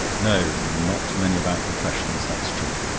no not many about repressions that's true.